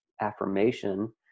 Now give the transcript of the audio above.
affirmation